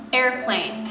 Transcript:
airplane